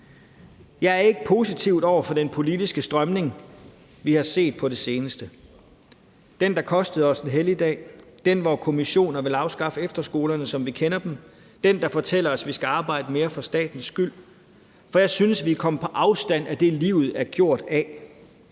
Jeg er ikke positivt stemt over for den politiske strømning, vi har set på det seneste – det er den, der kostede os en helligdag; den, hvor kommissioner vil afskaffe efterskolerne, som vi kender dem; den, der fortæller os, at vi skal arbejde mere for statens skyld – for jeg synes, vi er kommet på afstand af det, livet er gjort af.